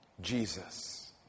Jesus